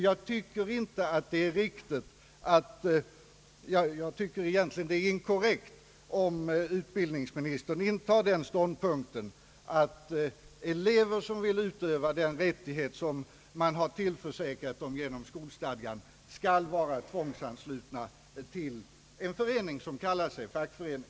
Jag tycker att det är inkorrekt, om utbildningsministern intar den ståndpunkten att elever som vill utöva den rättighet de har tillförsäkrats genom skolstadgan skall vara tvångsanslutna till en förening som kallar sig fackförening.